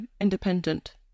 independent